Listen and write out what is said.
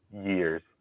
years